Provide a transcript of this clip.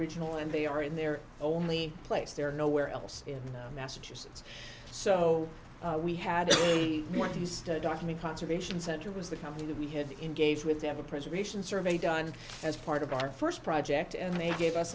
regional and they are in their only place they're nowhere else in massachusetts so we had the northeast document conservation center was the company that we had to engage with to have a preservation survey done as part of our first project and they gave us